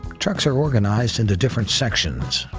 trucks are organized into different sections,